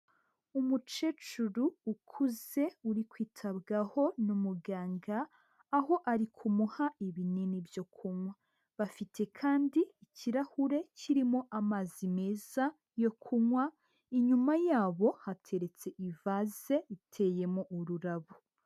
Umucecuru ukuze, uri kwitabwaho n'umuganga, aho ari kumuha ibinini byo kunywa. Bafite kandi ikirahure kirimo amazi meza yo kunywa, inyuma yabo hateretse ivaze, iteyemo ururabo.